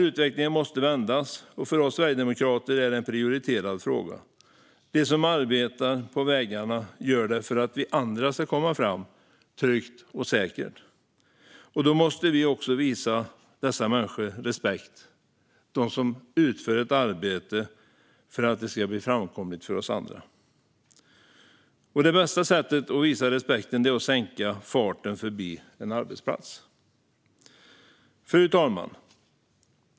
Utvecklingen måste vändas, och för oss sverigedemokrater är det en prioriterad fråga. De som arbetar på vägarna gör det för att vi andra ska komma fram tryggt och säkert. Då måste vi visa dessa människor respekt. De utför ett arbete för att det ska bli framkomligt för oss andra. Det bästa sättet att visa respekten är att sänka farten förbi en arbetsplats. Fru talman!